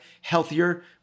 healthier